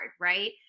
right